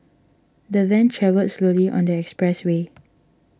the van travelled slowly on the expressway